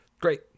Great